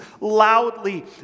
loudly